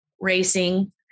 racing